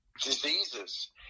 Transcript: diseases